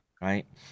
right